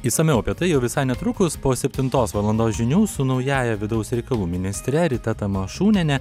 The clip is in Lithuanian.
išsamiau apie tai jau visai netrukus po septintos valandos žinių su naująja vidaus reikalų ministre rita tamašūniene